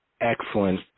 Excellent